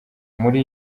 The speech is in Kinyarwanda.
muri